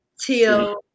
till